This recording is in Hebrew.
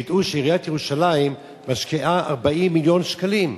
ידעו שעיריית ירושלים משקיעה 40 מיליון שקלים.